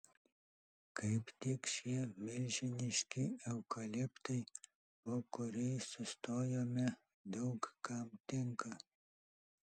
kaip tik šie milžiniški eukaliptai po kuriais sustojome daug kam tinka